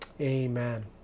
amen